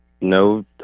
no